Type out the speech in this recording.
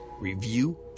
review